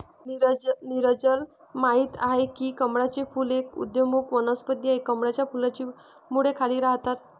नीरजल माहित आहे की कमळाचे फूल एक उदयोन्मुख वनस्पती आहे, कमळाच्या फुलाची मुळे खाली राहतात